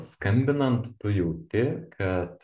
skambinant tu jauti kad